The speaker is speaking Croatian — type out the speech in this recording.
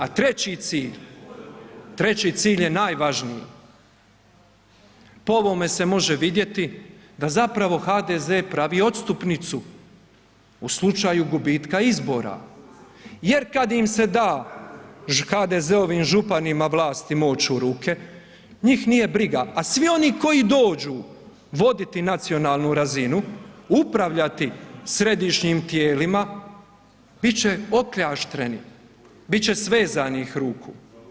A treći cilj, treći cilj je najvažniji, po ovome se može vidjeti da zapravo HDZ pravi odstupnicu u slučaju gubitka izbora jer kad im se da HDZ-ovim županima vlast i moć u ruke, njih nije briga a svi oni koji dođu voditi nacionalnu razinu, upravljati središnjim tijelima, bit će okljaštreni, bit će svezanih ruku.